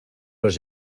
les